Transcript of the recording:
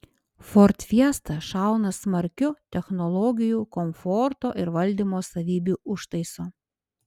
ford fiesta šauna smarkiu technologijų komforto ir valdymo savybių užtaisu